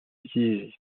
utilisées